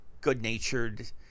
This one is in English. good-natured